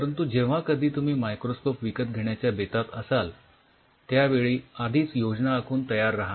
परंतु जेव्हा कधी तुम्ही मायक्रोस्कोप विकत घेण्याच्या बेतात असाल त्यावेळी आधीच योजना आखून तयार राहा